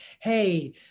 hey